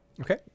Okay